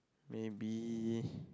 maybe